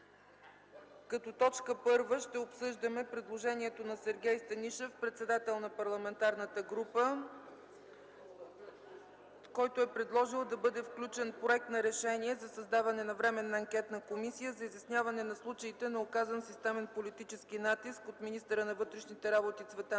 за България, ще обсъждаме предложението на Сергей Станишев – председател на парламентарната група, който е предложил да бъде включен Проект на решение за създаване на Временна анкетна комисия за изясняване на случаите на оказан системен политически натиск от министъра на вътрешните работи Цветан